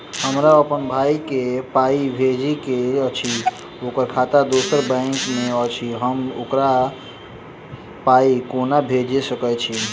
हमरा अप्पन भाई कऽ पाई भेजि कऽ अछि, ओकर खाता दोसर बैंक मे अछि, हम ओकरा पाई कोना भेजि सकय छी?